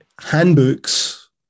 handbooks